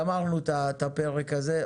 גמרנו את הפרק הזה.